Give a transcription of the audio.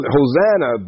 Hosanna